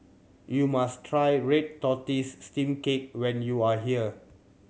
you must try red tortoise steamed cake when you are here